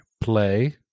Play